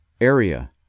area